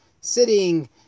sitting